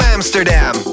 Amsterdam